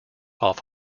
off